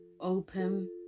open